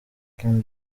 king